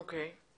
אוקיי.